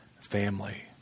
family